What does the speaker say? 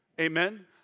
Amen